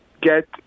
get